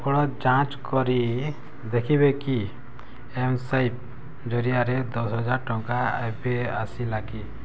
ଆପଣ ଯାଞ୍ଚ କରି ଦେଖିବେ କି ଏମ୍ସ୍ୱାଇପ୍ ଜରିଆରେ ଦଶହଜାର ଟଙ୍କା ଏବେ ଆସିଲା କି